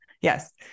Yes